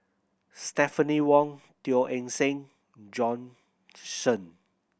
Stephanie Wong Teo Eng Seng Bjorn Shen